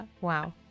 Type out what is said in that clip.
wow